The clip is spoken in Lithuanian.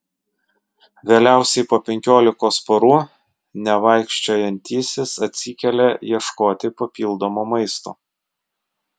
vėliausiai po penkiolikos parų nevaikščiojantysis atsikelia ieškoti papildomo maisto